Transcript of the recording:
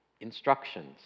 instructions